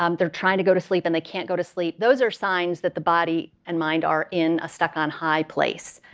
um they're trying to go to sleep, and they can't go to sleep. those are signs that the body and mind are in a stuck on high place.